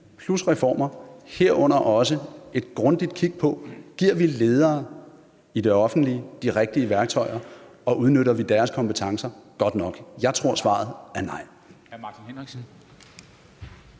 plus reformer, herunder også et grundigt kig på, om vi giver ledere i det offentlige de rigtige værktøjer, og om vi udnytter deres kompetencer godt nok. Jeg tror, svaret er nej.